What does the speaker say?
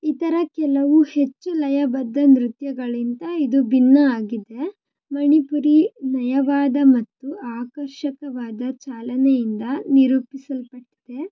ಇತರ ಕೆಲವು ಹೆಚ್ಚು ಲಯಬದ್ಧ ನೃತ್ಯಗಳಿಂದ ಇದು ಭಿನ್ನವಾಗಿದೆ ಮಣಿಪುರಿ ನಯವಾದ ಮತ್ತು ಆಕರ್ಷಕವಾದ ಚಲನೆಯಿಂದ ನಿರೂಪಿಸಲ್ಪಟ್ಟಿದೆ